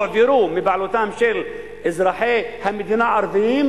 הועברו מבעלותם של אזרחי המדינה הערבים,